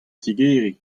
tigeriñ